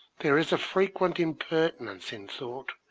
there is a frequent impertinence in thought,